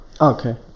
Okay